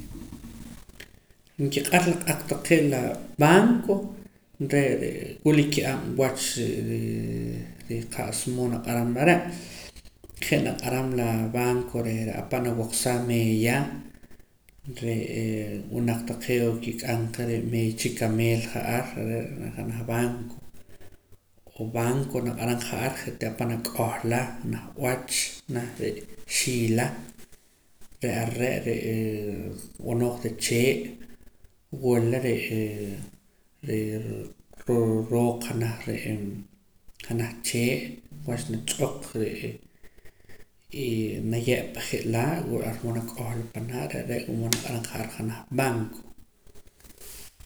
nkiq'ar la q'aq taqee' la banco re' ree' wula ke'ab' wach ree' reeh qa'sa moo naq'aram are' je' naq'aram la banco reh re' ahpa' nawoqsaam meeya re'ee winaq taqee' oo kik'amqa re' meeya chikameel ja'ar re' janaj banco o banco naq'aram ja'ar je'tii apa' nak'ohla naj b'ach naj re' xiila re'ar re'ee b'anooj de chee' wula re'ee re' rooq janaj re' janaj chee' wach nach'oq re'ee y naye'pa je'laa' wul ar moo nak'ohla panaa' re' re' wul moo naq'aram ja'ar janaj banco